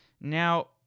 Now